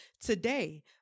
today